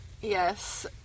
yes